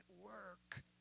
work